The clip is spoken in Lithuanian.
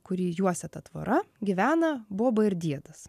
kurį juosia ta tvora gyvena boba ir diedas